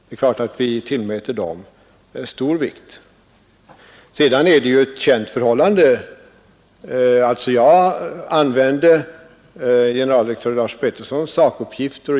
Det är klart att vi tillmäter dess yttrande stor vikt. Jag använde generaldirektör Lars Petersons sakuppgifter.